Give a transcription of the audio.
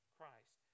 Christ